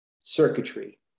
circuitry